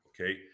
okay